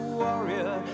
warrior